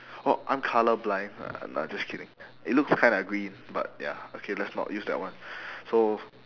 oh I'm colour blind no I'm no I'm just kidding it looks kinda green but ya okay let's not use that one so